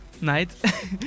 night